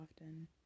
often